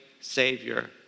Savior